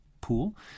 pool